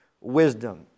wisdom